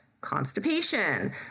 constipation